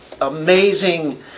amazing